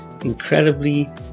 incredibly